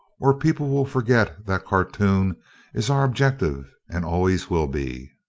or people will forget that khartoum is our objective and always will be.